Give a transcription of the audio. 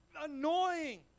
annoying